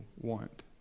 want